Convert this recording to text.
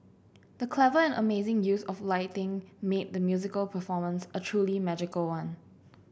the clever and amazing use of lighting made the musical performance a truly magical one